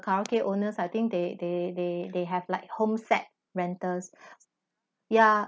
karaoke owners I think they they they they have like home set rentals ya